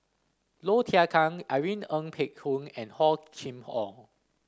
Low Thia Khiang Irene Ng Phek Hoong and Hor Chim Or